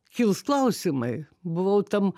kils klausimai buvau tam